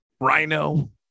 Rhino